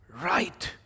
right